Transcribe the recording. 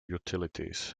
utilities